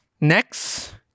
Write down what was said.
Next